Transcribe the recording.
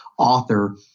author